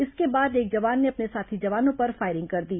इसके बाद एक जवान ने अपने साथी जवानों पर फायरिंग कर दी